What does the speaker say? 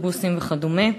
אוטובוסים וכדומה.